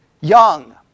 young